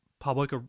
public